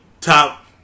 top